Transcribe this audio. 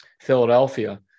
Philadelphia